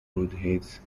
buddhist